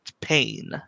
pain